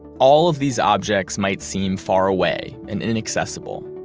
all of these objects might seem far away and inaccessible,